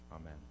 Amen